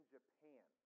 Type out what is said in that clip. Japan